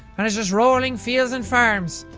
and it's just rolling fields and farms.